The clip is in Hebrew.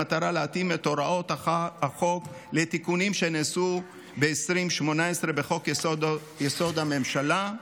במטרה להתאים את הוראות החוק לתיקונים שנעשו ב-2018 בחוק-יסוד: הממשלה,